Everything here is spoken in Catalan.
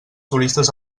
turistes